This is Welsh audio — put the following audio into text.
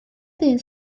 dyn